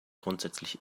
grundsätzlich